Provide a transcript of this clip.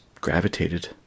gravitated